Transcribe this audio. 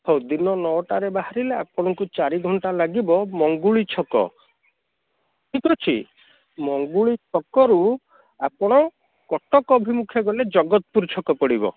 ହଉ ଦିନ ନଅଟାରେ ବାହାରିଲେ ଆପଣଙ୍କୁ ଚାରି ଘଣ୍ଟା ଲାଗିବ ମଙ୍ଗୁଳି ଛକ ଠିକ୍ ଅଛି ମଙ୍ଗୁଳି ଛକରୁ ଆପଣ କଟକ ଅଭିମୁଖେ ଗଲେ ଜଗତପୁର ଛକ ପଡ଼ିବ